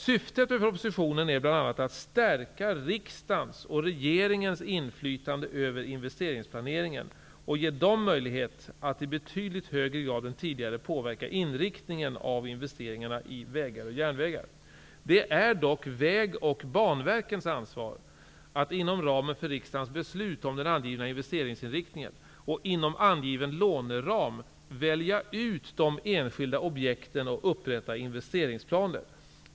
Syftet med propositionen är bl.a. att stärka riksdagens och regeringens inflytande över investeringsplaneringen och ge dem möjlighet att i betydligt högre grad än tidigare påverka inriktningen av investeringarna i vägar och järnvägar. Det är dock Vägverkets och Banverkets ansvar att inom ramen för riksdagens beslut om den angivna investeringsinriktningen och inom angiven låneram välja ut de enskilda objekten och upprätta investeringsplaner.